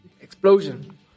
Explosion